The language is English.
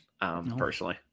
personally